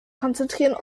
konzentrieren